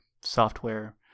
software